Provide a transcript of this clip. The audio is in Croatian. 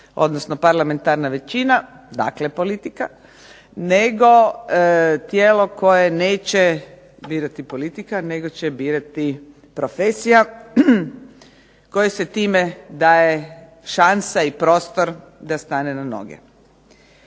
odnosno parlamentarna većina, dakle politika nego tijelo koje neće birati politika nego će birati profesija kojoj se time daje šansa i prostor da stane na noge.